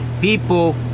People